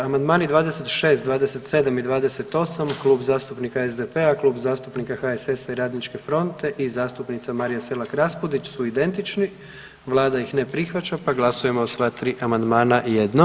Amandman 26, 27 i 28 Klub zastupnika SDP-a, Klub zastupnika HSS-a i Radničke fronte i zastupnice Marije Selak Raspudić su identični, Vlada ih ne prihvaća pa glasujemo o sva tri amandmana jednom.